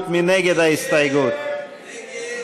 לסעיף 7,